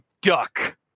duck